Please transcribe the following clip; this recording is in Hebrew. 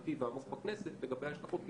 אמיתי ועמוק בכנסת לגבי ההשלכות.